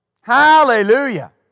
Hallelujah